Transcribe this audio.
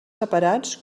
separats